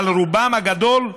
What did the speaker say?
אבל ברובם הגדול,